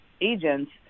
agents